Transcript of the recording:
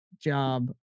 job